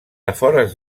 afores